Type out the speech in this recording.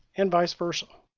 and vice versa.